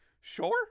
Sure